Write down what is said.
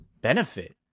benefit